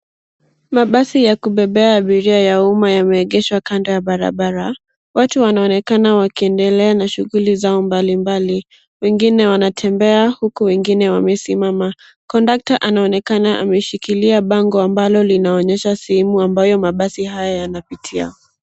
Mabasi ya kubebea abiria ya umma yameegeshwa kando ya barabara. Watu wanaonekana wakiedelea na shughuli zao mbalimbali, wengine wanatembea uku wengine wamesimama. Kondakta anaonekana ameshikilia bango ambalo linaonyesha simu ambayo mabasi haya yanapitia.